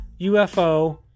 UFO